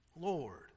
Lord